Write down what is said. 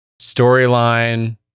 storyline